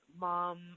mom